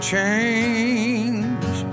Change